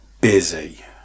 busy